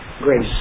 grace